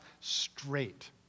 straight